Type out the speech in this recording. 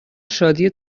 شادی